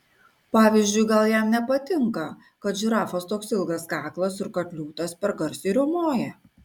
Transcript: pavyzdžiui gal jam nepatinka kad žirafos toks ilgas kaklas ar kad liūtas per garsiai riaumoja